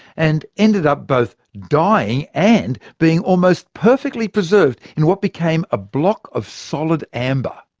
and ended up both dying and being almost perfectly preserved in what became a block of solid amber.